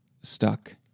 stuck